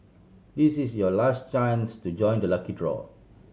this is your last chance to join the lucky draw